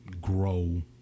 grow